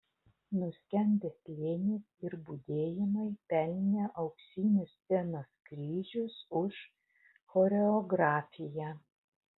nuskendęs slėnis ir budėjimai pelnė auksinius scenos kryžius už choreografiją